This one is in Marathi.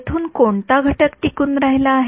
येथून कोणता घटक टिकून राहिला आहे